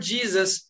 Jesus